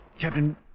Captain